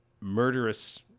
murderous